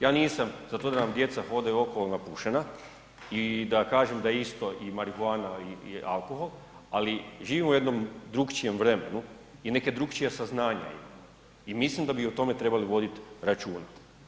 Ja nisam za to da nam djeca hodaju okolo napušena i da kažem da je isto i marihuana i alkohol, ali živimo u jednom drukčijem vremenu i neka drukčija saznanja imamo i mislim da bi o tome trebali vodit računa.